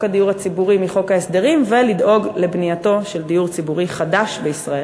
הדיור הציבורי מחוק ההסדרים ולדאוג לבניית דיור ציבורי חדש בישראל.